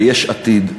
ביש עתיד,